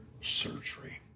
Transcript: surgery